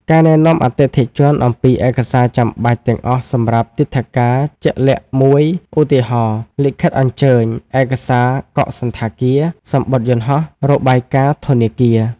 ការណែនាំអតិថិជនអំពីឯកសារចាំបាច់ទាំងអស់សម្រាប់ទិដ្ឋាការជាក់លាក់មួយ ឧទាហរណ៍ លិខិតអញ្ជើញ ឯកសារកក់សណ្ឋាគារ សំបុត្រយន្តហោះ របាយការណ៍ធនាគារ។